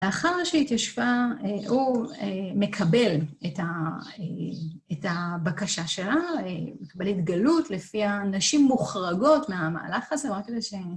לאחר שהתיישבה, הוא מקבל את הבקשה שלה, מקבל התגלות לפיה נשים מוחרגות מהמהלך הזה, רק כדי ש...